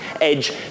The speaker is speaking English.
edge